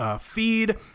feed